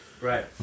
Right